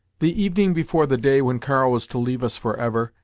the evening before the day when karl was to leave us for ever,